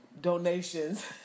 donations